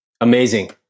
Amazing